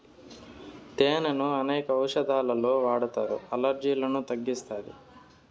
తేనెను అనేక ఔషదాలలో వాడతారు, అలర్జీలను తగ్గిస్తాది